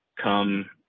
Come